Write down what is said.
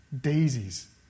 daisies